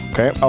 Okay